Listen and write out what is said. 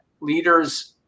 leaders